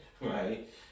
right